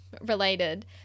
related